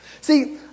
See